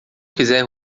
quiser